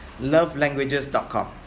lovelanguages.com